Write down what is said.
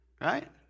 Right